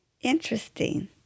Interesting